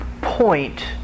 point